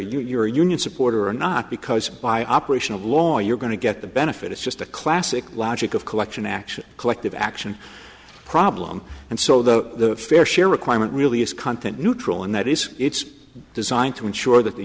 you're a union supporter or not because by operation of law you're going to get the benefit it's just a classic logic of collection action collective action problem and so the fair share requirement really is neutral and that is it's designed to ensure that the